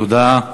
תודה.